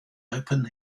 open